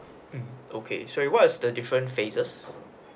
mmhmm okay so what else the different phases